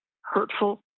hurtful